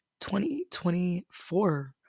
2024